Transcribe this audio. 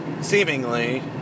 Seemingly